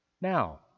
Now